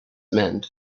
meant